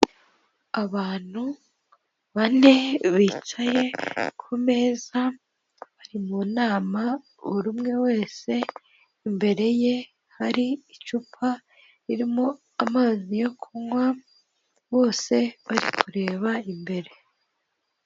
Abantu bane bicaye ku meza bari mu nama buri umwe wese imbere ye hari icupa ririmo amazi yo kunywa, bose bari kureba imbere.